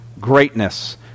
greatness